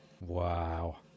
wow